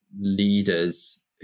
leaders